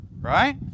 right